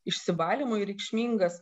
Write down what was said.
išsivalymui reikšmingas